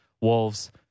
Wolves